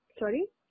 sorry